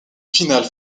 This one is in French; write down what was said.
finale